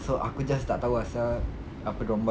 so aku just tak tahu ah sia apa dorang buat